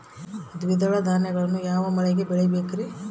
ದ್ವಿದಳ ಧಾನ್ಯಗಳನ್ನು ಯಾವ ಮಳೆಗೆ ಬೆಳಿಬೇಕ್ರಿ?